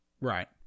right